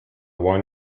one